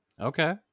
Okay